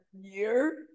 year